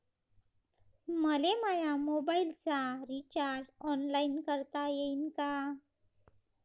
मले माया मोबाईलचा रिचार्ज ऑनलाईन करता येईन का?